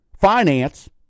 Finance